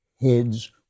heads